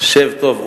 שב טוב,